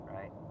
Right